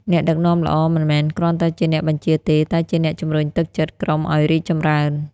អ្នកដឹកនាំល្អ មិនមែនគ្រាន់តែជាអ្នកបញ្ជាទេ តែជាអ្នកជំរុញទឹកចិត្តក្រុមឲ្យរីកចម្រើន។